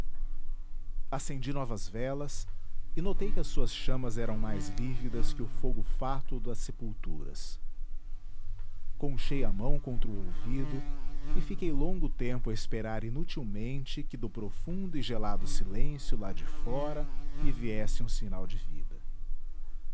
acendi novas velas e notei que as suas chamas eram mais lívidas que o fogo fátuo das sepulturas conchei a mão contra o ouvido e fiquei longo tempo a esperar inutilmente que do profundo e gelado silêncio lá de fora me viesse um sinal de vida